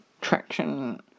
traction